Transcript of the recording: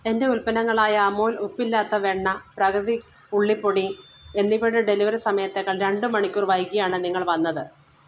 എന്റെ ഉൽപ്പന്നങ്ങളായ അമുൽ ഉപ്പില്ലാത്ത വെണ്ണ പ്രാകൃതിക് ഉള്ളി പൊടി എന്നിവയുടെ ഡെലിവറി സമയത്തേക്കാൾ രണ്ട് മണിക്കൂർ വൈകിയാണ് നിങ്ങൾ വന്നത്